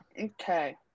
Okay